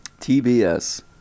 TBS